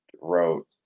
wrote